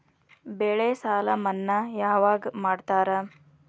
ಬೆಳೆ ಸಾಲ ಮನ್ನಾ ಯಾವಾಗ್ ಮಾಡ್ತಾರಾ?